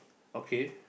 okay